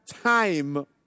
time